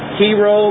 hero